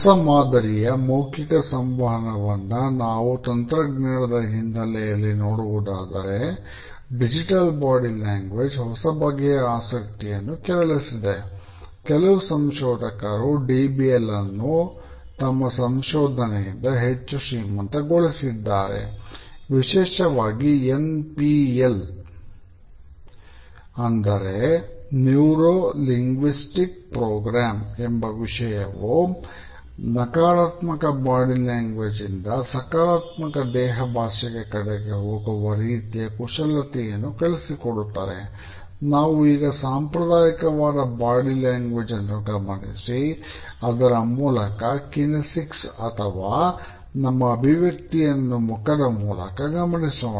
ಹೊಸ ಮಾದರಿಯ ಮೌಖಿಕ ಸಂವಹನವನ್ನ ನಾವು ತಂತ್ರಜ್ನ್ಯಾನದ ಹಿನ್ನಲೆಯಲ್ಲಿ ನೋಡುವುದಾದರೆ ಡಿಜಿಟಲ್ ಬಾಡಿ ಲ್ಯಾಂಗ್ವೇಜ್ ಅಥವಾ ನಮ್ಮ ಅಭಿವ್ಯಕ್ತಿಯನ್ನು ಮುಖದ ಮೂಲಕ ಗಮನಿಸೋಣ